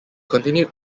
continued